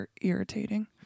irritating